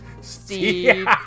Steve